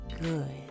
good